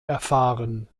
erfahren